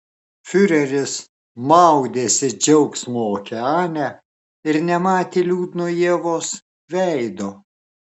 fiureris maudėsi džiaugsmo okeane ir nematė liūdno ievos veido